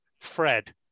Fred